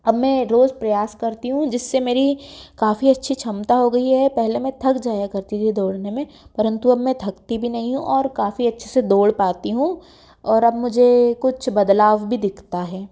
अब मैं रोज़ प्रयास करती हूँ जिससे मेरी काफ़ी अच्छी क्षमता हो गई है पहले मैं थक जाया करती थी दौड़ने में परंतु अब मैं थकती भी नहीं हूँ और काफ़ी अच्छे से दौड़ पाती हूँ और अब मुझे कुछ बदलाव भी दिखता है